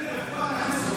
מה שכר הלימוד?